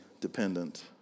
dependent